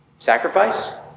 Sacrifice